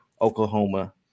Oklahoma